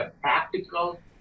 practical